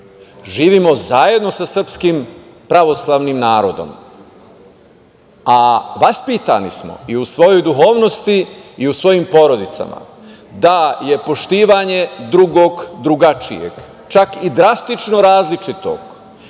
živimo zajedno sa srpskim pravoslavnim narodom, a vaspitani smo i u svojoj duhovnosti i u svojim porodicama da je poštivanje drugog, drugačijeg, čak i drastično različitog,